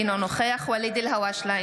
אינו נוכח ואליד אלהואשלה,